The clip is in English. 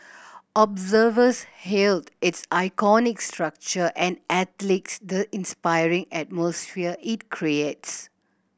observers hailed its iconic structure and athletes the inspiring atmosphere it creates